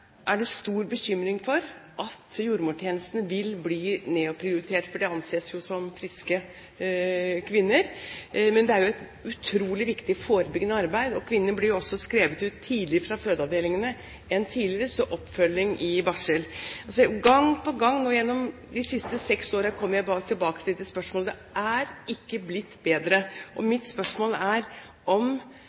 er det stor bekymring for at jordmortjenesten vil bli nedprioritert, fordi dem det gjelder, anses som friske kvinner, men det er jo et utrolig viktig forebyggende arbeid. Kvinnene blir også skrevet ut tidligere fra fødeavdelingene enn før, så oppfølging i barsel er også mulig. Gang på gang gjennom de siste seks årene har jeg kommet tilbake til dette spørsmålet, men det er ikke blitt bedre. Mitt spørsmål er om